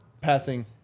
Passing